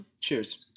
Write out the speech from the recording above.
Cheers